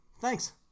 thanks